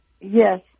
Yes